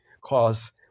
cause